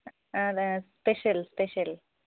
special special